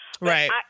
Right